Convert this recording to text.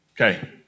Okay